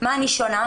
מה אני שונה?